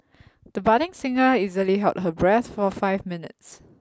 the budding singer easily held her breath for five minutes